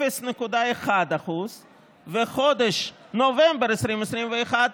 0.1%; וחודש נובמבר 2021,